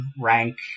rank